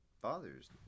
Father's